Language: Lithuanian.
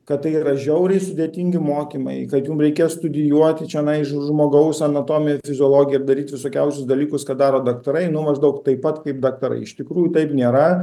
kad tai yra žiauriai sudėtingi mokymai kad jums reikia studijuoti čionai žmogaus anatomiją ir fiziologiją daryti visokiausius dalykus ką daro daktarai nuo maždaug taip pat kaip daktarai iš tikrųjų taip nėra